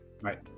right